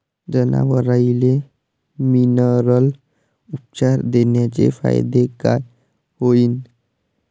जनावराले मिनरल उपचार देण्याचे फायदे काय होतीन?